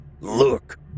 Look